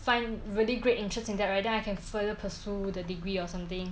find really great interest in that right then I can further pursue the degree or something